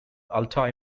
altai